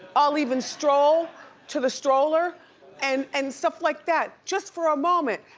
i'll even stroll to the stroller and and stuff like that, just for a moment.